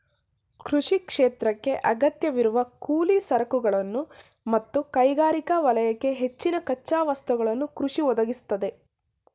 ಕೃಷಿ ಕ್ಷೇತ್ರಕ್ಕೇ ಅಗತ್ಯವಿರುವ ಕೂಲಿ ಸರಕುಗಳನ್ನು ಮತ್ತು ಕೈಗಾರಿಕಾ ವಲಯಕ್ಕೆ ಹೆಚ್ಚಿನ ಕಚ್ಚಾ ವಸ್ತುಗಳನ್ನು ಕೃಷಿ ಒದಗಿಸ್ತದೆ